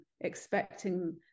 expecting